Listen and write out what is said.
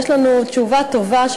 ויש לנו תשובה טובה,